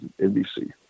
NBC